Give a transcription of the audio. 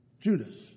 Judas